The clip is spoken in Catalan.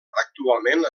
actualment